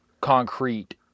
concrete